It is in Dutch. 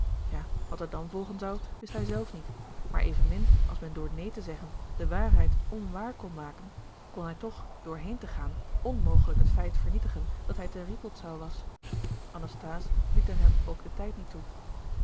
ja wat er dan volgen zou wist hij zelf niet maar evenmin als men door neen te zeggen de waarheid onwaar kon maken kon hij toch door heen te gaan onmogelijk het feit vernietigen dat hij te rippoldsau was anasthase liet er hem ook den tijd niet toe